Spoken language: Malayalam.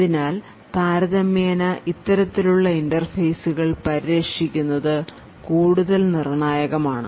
അതിനാൽ താരതമ്യേന ഇത്തരത്തിലുള്ള ഇന്റർഫേസുകൾ പരിരക്ഷിക്കുന്നത് കൂടുതൽ നിർണ്ണായകമാണ്